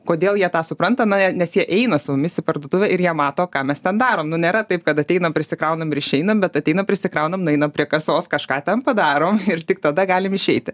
kodėl jie tą supranta na nes jie eina su mumis į parduotuvę ir jie mato ką mes ten darom nu nėra taip kad ateinam prisikraunam ir išeinam bet ateinam prisikraunam nueinam prie kasos kažką ten padarom ir tik tada galim išeiti